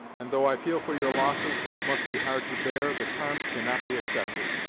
and though i feel for your losses, which must be hard to bear, the tarms cannot be accepted.